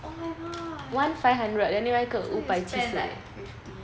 oh my god need to spend like fifty